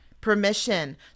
permission